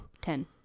Ten